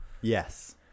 Yes